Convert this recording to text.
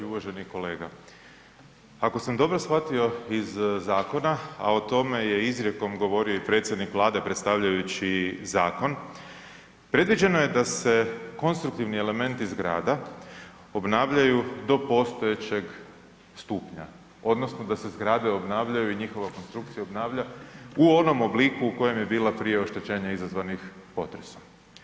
Uvaženi kolega, ako sam dobro shvatio iz zakona a o tome je izrijekom govorio i predsjednik Vlade predstavljajući zakon, predviđeno je da se konstruktivni elementi zgrada obnavljaju do postojećeg stupnja odnosno da se zgrade obnavljaju i njihova konstrukcija obnavlja u onom obliku u kojem je bila prije oštećenja izazvanih potresom.